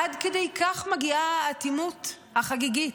עד כדי כך מגיעה האטימות החגיגית.